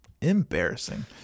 embarrassing